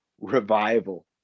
revival